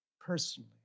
personally